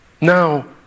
Now